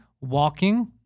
walking